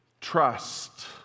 trust